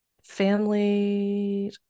family